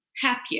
happier